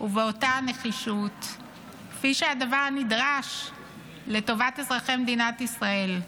ובאותה נחישות שבהן הדבר נדרש לטובת אזרחי מדינת ישראל.